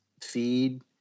feed